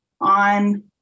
on